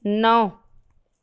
نو